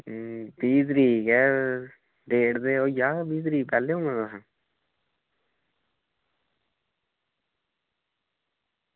बीह् तरीक ऐ डेट ते होई जाह्ग बीह् तरीक पैह्लें गै